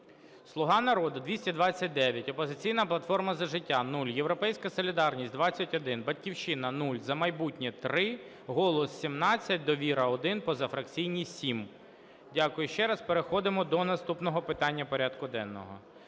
"Слуга народу" – 229, "Опозиційна платформа - За життя" – 0, "Європейська солідарність" – 21, "Батьківщина" – 0, "За майбутнє" – 3, "Голос" – 17, "Довіра" – 1, позафракційні – 7. Дякую ще раз. Переходимо до наступного питання порядку денного.